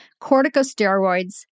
corticosteroids